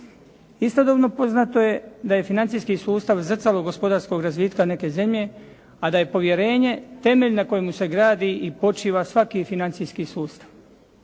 Istodobno poznato je da je financijski sustav zrcalo gospodarskog razvitka neke zemlje a da je povjerenje temelj na kojemu se gradi i počiva svaki financijski sustav.